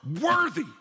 worthy